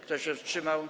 Kto się wstrzymał?